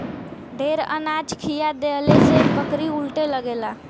ढेर अनाज खिया देहले से बकरी उलटे लगेला